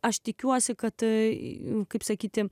aš tikiuosi kad tai kaip sakyti